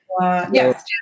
Yes